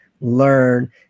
learn